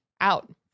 out